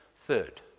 third